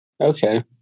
Okay